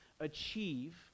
achieve